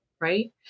right